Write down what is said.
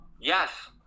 yes